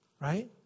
Right